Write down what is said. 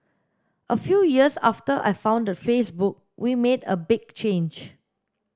a few years after I founded Facebook we made a big change